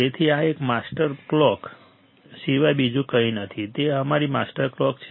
તેથી આ એક માસ્ટર ક્લોક સિવાય બીજું કંઈ નથી તે અમારી માસ્ટર ક્લોક છે